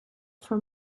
for